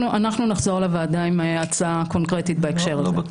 אנחנו נחזור לוועדה עם הצעה קונקרטית בהקשר הזה.